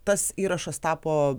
tas įrašas tapo